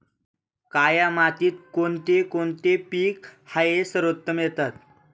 काया मातीत कोणते कोणते पीक आहे सर्वोत्तम येतात?